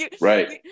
Right